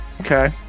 Okay